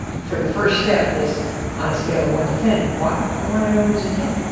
for the first step is on a scale of one to ten. why, i wanna know who's a ten.